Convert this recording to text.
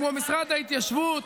כמו משרד ההתיישבות,